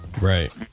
Right